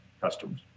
customers